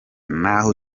n’aho